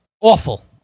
awful